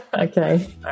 Okay